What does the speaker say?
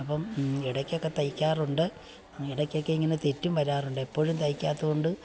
അപ്പം ഇടയ്കൊക്കെ തയ്ക്കാറുണ്ട് ഇടയ്കൊക്കെ ഇങ്ങനെ തെറ്റും വരാറുണ്ട് എപ്പോഴും തയ്ക്കാത്തത് കൊണ്ട്